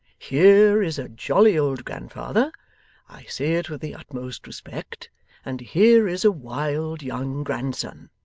here is a jolly old grandfather i say it with the utmost respect and here is a wild, young grandson.